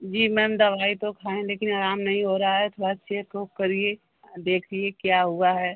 जी ma'am दवाई तो खाए हैं लेकिन आराम नहीं हो रहा है थोड़ा चेक ओक करिए देखिए क्या हुआ है